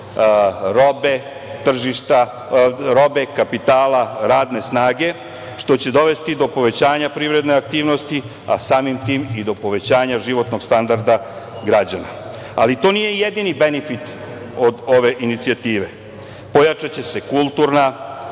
robe, kapitala, radne snage, što će dovesti do povećanja privredne aktivnosti, a samim tim i do povećanja životnog standarda građana. To nije jedini benefit ove inicijative. Pojačaće se kulturni,